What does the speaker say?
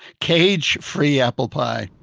cage free apple pie!